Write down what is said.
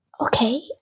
Okay